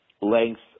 length